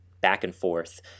back-and-forth